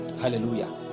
hallelujah